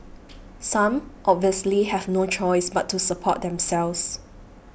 some obviously have no choice but to support themselves